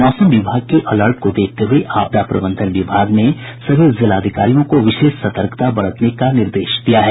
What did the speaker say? मौसम विभाग के अलर्ट को देखते हुये आपदा प्रबंधन विभाग ने सभी जिलाधिकारियों को विशेष सतर्कता बरतने का निर्देश दिया है